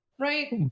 right